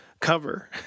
cover